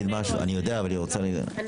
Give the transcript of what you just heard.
והמידע, בבקשה.